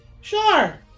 Sure